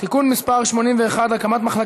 40 תומכים, שמונה מתנגדים.